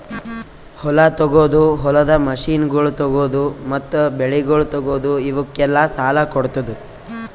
ಹೊಲ ತೊಗೋದು, ಹೊಲದ ಮಷೀನಗೊಳ್ ತೊಗೋದು, ಮತ್ತ ಬೆಳಿಗೊಳ್ ತೊಗೋದು, ಇವುಕ್ ಎಲ್ಲಾ ಸಾಲ ಕೊಡ್ತುದ್